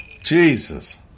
Jesus